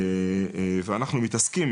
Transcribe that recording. ואנחנו מתעסקים,